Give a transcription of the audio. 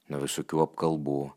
nuo visokių apkalbų